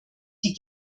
die